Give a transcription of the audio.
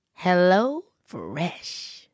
HelloFresh